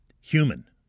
human